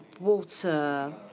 water